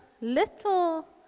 little